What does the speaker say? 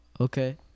okay